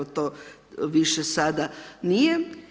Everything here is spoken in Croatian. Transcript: To više sada nije.